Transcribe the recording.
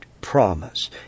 promise